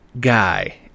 guy